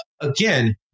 again